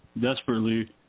desperately